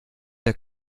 der